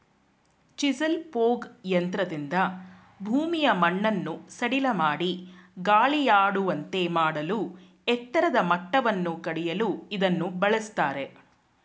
chisel plough ಯಂತ್ರದಿಂದ ಭೂಮಿಯ ಮಣ್ಣನ್ನು ಸಡಿಲಮಾಡಿ ಗಾಳಿಯಾಡುವಂತೆ ಮಾಡಲೂ ಎತ್ತರದ ಮಟ್ಟವನ್ನು ಕಡಿಯಲು ಇದನ್ನು ಬಳ್ಸತ್ತರೆ